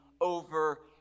over